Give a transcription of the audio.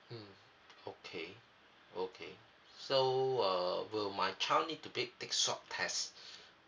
mmhmm okay okay so uh will my child need to take take swab test